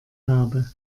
habe